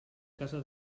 casa